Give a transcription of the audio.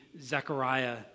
Zechariah